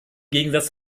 gegensatz